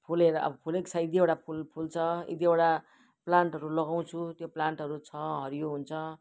फुलेर अब फुलेको छ एक दुईवटा फुल फुल्छ एक दुईवटा प्लान्टहरू लगाउँछु त्यो प्लान्टहरू छ हरियो हुन्छ